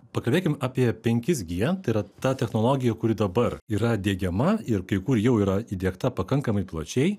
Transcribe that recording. pakalbėkim apie penkis gie tai yra ta technologija kuri dabar yra diegiama ir kai kur jau yra įdiegta pakankamai plačiai